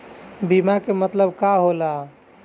बीमा के मतलब का होला?